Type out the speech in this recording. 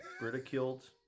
ridiculed